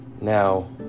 Now